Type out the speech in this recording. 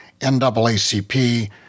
NAACP